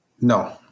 No